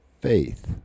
faith